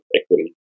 equity